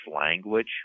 language